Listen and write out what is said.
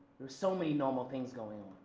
were so many normal things going